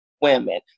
women